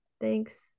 Thanks